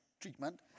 treatment